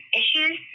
issues